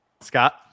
Scott